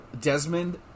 Desmond